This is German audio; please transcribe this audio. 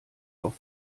auf